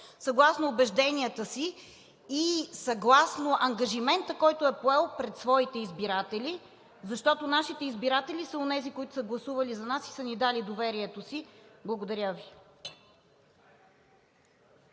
съгласно убежденията си и съгласно ангажимента, който е поел пред своите избиратели, защото нашите избиратели са онези, които са гласували за нас и са ни дали доверието си. Благодаря Ви.